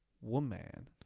woman